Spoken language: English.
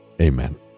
Amen